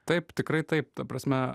taip tikrai taip ta prasme